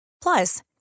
Plus